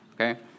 Okay